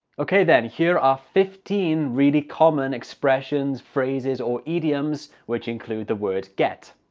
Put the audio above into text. okay then here are fifteen really common expressions phrases or idioms which include the word get.